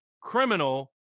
criminal